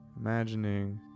imagining